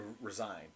Resign